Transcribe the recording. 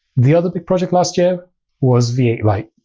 the other big project last year was v eight lite.